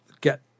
get